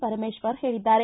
ಪರಮೇಶ್ವರ್ ಹೇಳಿದ್ದಾರೆ